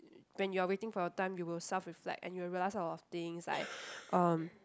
when you are waiting for your time you will self reflect and you will realise a lot of things like um